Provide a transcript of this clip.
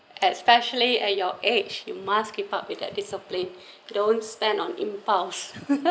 especially at your age you must keep up with the discipline don't spend on impulse